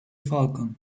falcon